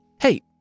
Hey